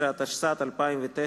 12), התשס"ט 2009,